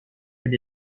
with